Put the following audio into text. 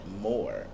more